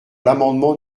l’amendement